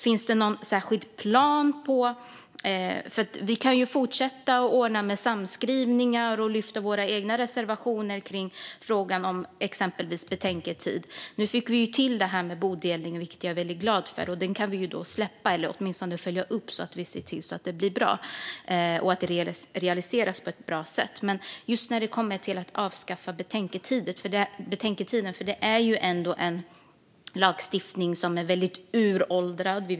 Finns det någon särskild plan? Vi kan ju fortsätta ordna med samskrivningar och lyfta fram våra egna reservationer i frågan om exempelvis betänketiden. Nu fick vi till det här med bodelningen, vilket jag är väldigt glad för. Det kan vi då släppa eller åtminstone följa upp så att vi ser till att det blir bra och realiseras på ett bra sätt. Men finns det någon plan när det gäller att avskaffa betänketiden? Det här är ju lagstiftning som är väldigt föråldrad.